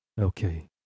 Okay